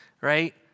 right